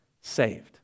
saved